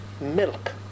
milk